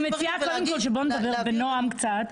אני מציעה קודם כל שבואי נדבר בנועם קצת.